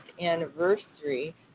anniversary